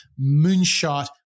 moonshot